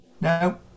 No